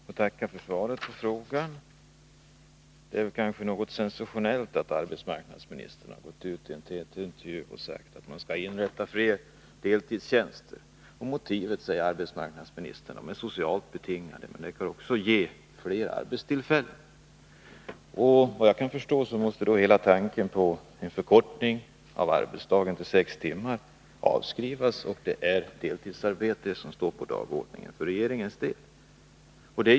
Herr talman! Jag tackar för svaret på frågan. Det är kanske något sensationellt att arbetsmarknadsministern i en TT-intervju uttalat att fler deltidstjänster måste inrättas. Motivet är socialt betingat, säger arbetsmarknadsministern, men deltidstjänster skulle också ge fler arbetstillfällen. Såvitt jag förstår måste då hela tanken på en förkortning av arbetsdagen till sex timmar avskrivas. Det är tydligen i stället deltidsarbete som står på dagordningen för regeringens del.